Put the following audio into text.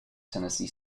tennessee